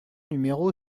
numéro